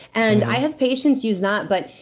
and i have patients use that. but,